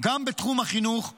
גם בתחום החינוך בדרום.